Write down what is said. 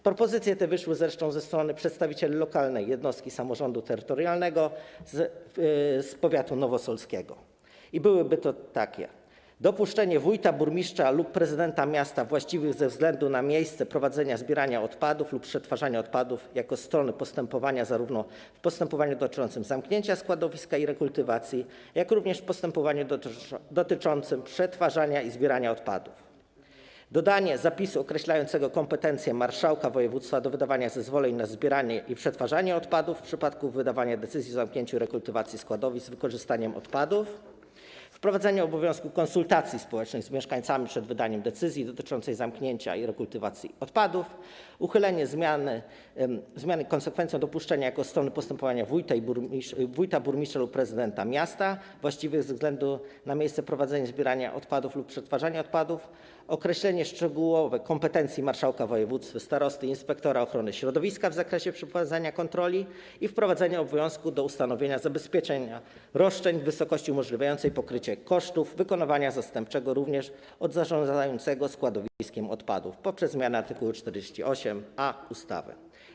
Propozycje te wyszły ze strony przedstawicieli lokalnej jednostki samorządu terytorialnego z powiatu nowosolskiego i są następujące: dopuszczenie wójta, burmistrza lub prezydenta miasta właściwych ze względu na miejsce prowadzenia zbierania odpadów lub przetwarzania odpadów jako strony postępowania zarówno w postępowaniu dotyczącym zamknięcia składowiska i rekultywacji, jak i w postępowaniu dotyczącym przetwarzania i zbierania odpadów, dodanie zapisu określającego kompetencje marszałka województwa do wydawania zezwoleń na zbieranie i przetwarzanie odpadów w przypadku wydawania decyzji o zamknięciu rekultywacji składowisk z wykorzystaniem odpadów, wprowadzenie obowiązku konsultacji społecznych z mieszkańcami przed wydaniem decyzji dotyczącej zamknięcia i rekultywacji odpadów, uchylenie zmiany z konsekwencją dopuszczenia jako strony postępowania wójta, burmistrza lub prezydenta miasta właściwych ze względu na miejsce prowadzenia zbierania odpadów lub przetwarzania odpadów, określenie szczegółowych kompetencji marszałka województwa, starosty, inspektora ochrony środowiska w zakresie przeprowadzania kontroli i wprowadzenie obowiązku ustanowienia zabezpieczenia roszczeń w wysokości umożliwiającej pokrycie kosztów wykonania zastępczego również w odniesieniu do zarządzającego składowiskiem odpadów - poprzez zmianę art. 48a ustawy.